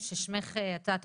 ששמך את יודעת,